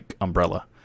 umbrella